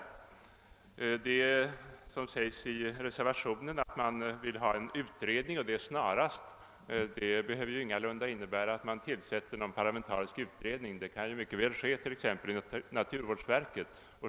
I reservationen sägs att en utredning snarast bör företas. Detta behöver ingalunda innebära att man tillsätter en parlamentarisk utredning. Frågan kan mycket väl snabbt utredas inom t.ex. naturvårdsverket.